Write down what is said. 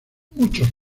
muchos